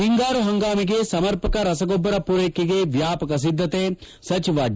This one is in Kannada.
ಹಿಂಗಾರು ಹಂಗಾಮಿಗೆ ಸಮರ್ಪಕ ರಸಗೊಬ್ಲರ ಮೂರೈಕೆಗೆ ವ್ಲಾಪಕ ಸಿದ್ದತೆ ಸಚಿವ ಡಿ